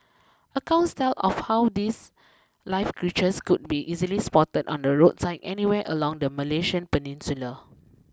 accounts tell of how these live creatures could be easily spotted on the roadside anywhere along the Malaysian peninsula